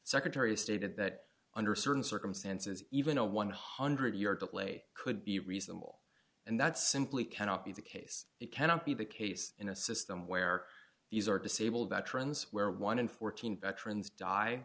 secretary stated that under certain circumstances even a one hundred year delay could be reasonable and that simply cannot be the case it cannot be the case in a system where these are disabled veterans where one in fourteen veterans die